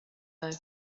out